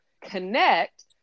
connect